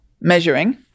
measuring